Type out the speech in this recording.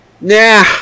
Nah